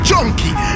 Junkie